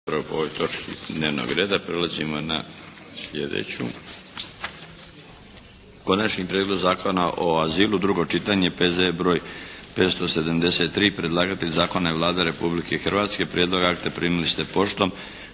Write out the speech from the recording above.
**Milinović, Darko (HDZ)** Prelazimo na sljedeću. - Konačni prijedlog Zakona o azilu, drugo čitanje, P.Z.E. br. 573 Predlagatelj zakona je Vlada Republike Hrvatske. Prijedlog akta primili ste poštom.